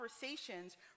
conversations